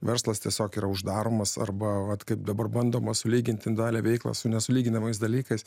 verslas tiesiog yra uždaromas arba kaip dabar bandoma sulyginti realią veiklą su nesulyginamas dalykas